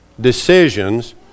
decisions